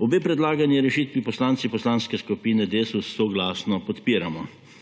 Obe predlagani rešitvi poslanci Poslanske skupine DeSUS soglasno podpiramo.